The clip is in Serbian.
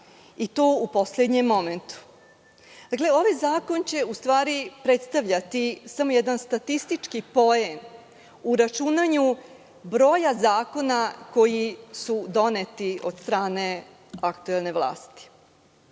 i to u poslednjem momentu. Dakle, ovaj zakon će u stvari predstavljati samo jedan statistički poen u računanju broja zakona koji su doneti od strane aktuelne vlasti. Šta